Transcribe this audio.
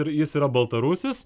ir jis yra baltarusis